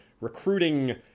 recruiting